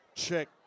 check